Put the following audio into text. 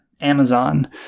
Amazon